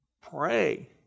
Pray